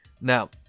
Now